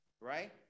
Right